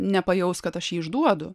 nepajaus kad aš jį išduodu